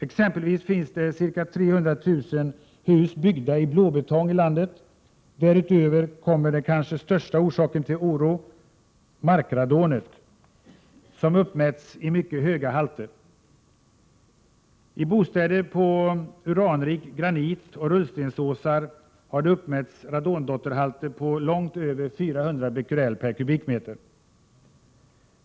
Det finns t.ex. ca 300 000 hus byggda i blåbetong i landet. Därutöver kommer den kanske största orsaken till oro, markradonet, som uppmätts i mycket höga halter. I bostäder byggda på uranrik granit och rullstensåsar har man uppmätt radondotterhalter på långt över 400 Bq/m?.